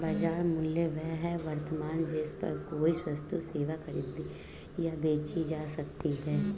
बाजार मूल्य वह वर्तमान जिस पर कोई वस्तु सेवा खरीदी या बेची जा सकती है